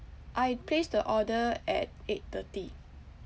I placed the order at eight thirty